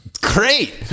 great